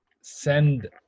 send